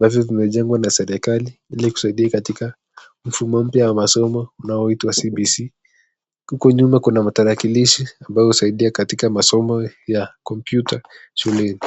darasa linajengwa na serikali ili kusaidia katika mfumo mpya ya masomo unaoitwa CBC,huko nyuma kuna matarakilishi ambayo husaidia katika masomo ya kompyuta shuleni.